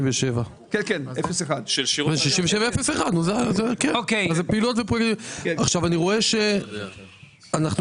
67-01. אני רואה שאנחנו